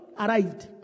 arrived